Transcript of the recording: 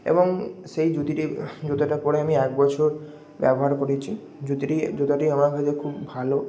এবং সেই জুতিটি জুতোটা পরে আমি এক বছর ব্যবহার করেছি জুতিটি জুতাটি আমার কাছে খুব ভালো